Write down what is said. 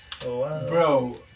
Bro